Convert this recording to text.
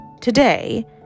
today